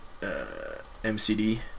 MCD